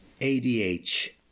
ADH